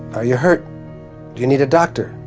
are you hurt? do you need a doctor?